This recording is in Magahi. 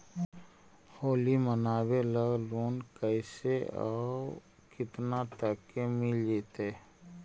होली मनाबे ल लोन कैसे औ केतना तक के मिल जैतै?